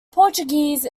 portuguese